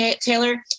Taylor